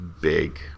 big